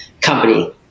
company